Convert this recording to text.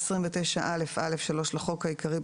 תיקון סעיף 29א בסעיף 29(א)(3) לחוק העיקרי,